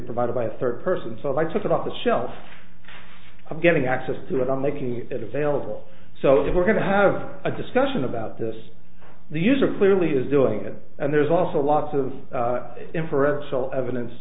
provided by a third person so i took it off the shelf i'm getting access to it i'm making it available so that we're going to have a discussion about this the user clearly is doing it and there's also lots of inferential evidence